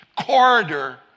corridor